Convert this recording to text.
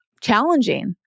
challenging